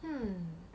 hmm